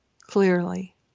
clearly